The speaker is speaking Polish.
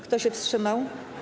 Kto się wstrzymał?